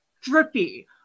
drippy